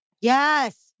Yes